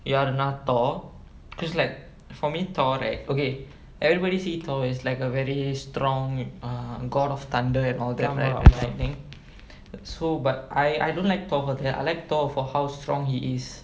யாருனா:yaarunaa thor cause like for me thor right okay everybody see thor as like a very strong uh god of thunder and all that right and lightning so but I I don't like thor for that I like thor for how strong he is